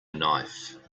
knife